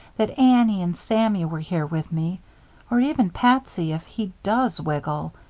that annie and sammy were here with me or even patsy, if he does wiggle.